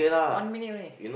one minute only